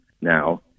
now